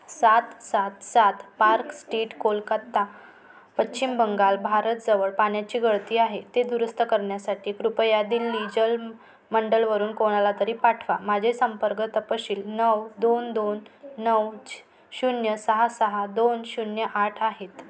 सात सात सात पार्क स्टेट कोलकत्ता पश्चिम बंगाल भारतजवळ पाण्याची गळती आहे ते दुरुस्त करण्यासाठी कृपया दिल्ली जल मंडलवरून कोणाला तरी पाठवा माझे संपर्क तपशील नऊ दोन दोन नऊ शून्य सहा सहा दोन शून्य आठ आहेत